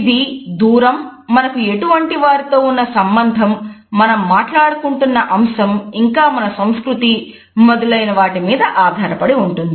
ఇది దూరం మనకు ఎదుటి వారితో ఉన్న సంబంధం మనం మాట్లాడుకుంటున్న అంశం ఇంకా మన సంస్కృతి మొదలైన వాటి మీద ఆధారపడి ఉంటుంది